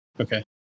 Okay